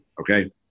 okay